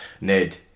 Ned